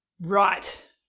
Right